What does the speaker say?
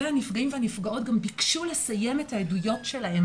הנפגעים והנפגעות גם ביקשו לסיים את העדויות שלהם